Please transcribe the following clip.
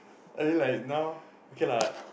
as in like now okay lah